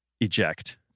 eject